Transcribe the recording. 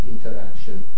interaction